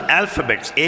alphabets